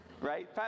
right